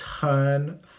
turn